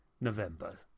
november